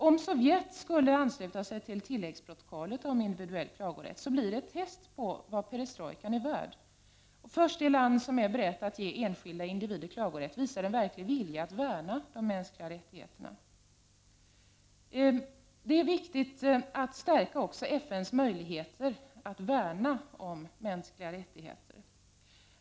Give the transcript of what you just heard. Om Sovjet skulle ansluta sig till tilläggsprotokollet om individuell klagorätt, så blir det ett test på vad perestrojkan är värd. Först det land som är berett att ge enskilda individer klagorätt visar en verklig vilja att värna de mänskliga rättigheterna. Det är viktigt att stärka också FN:s möjligheter att skydda de mänskliga rättigheterna.